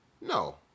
No